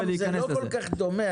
זה לא כל כך דומה.